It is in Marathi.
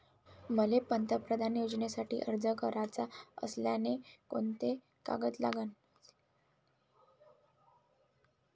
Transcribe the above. मले पंतप्रधान योजनेसाठी अर्ज कराचा असल्याने कोंते कागद लागन?